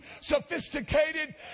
sophisticated